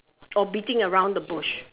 or beating around the bush